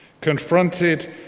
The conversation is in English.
Confronted